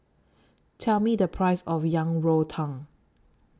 Tell Me The Price of Yang Rou Tang